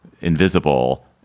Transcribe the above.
invisible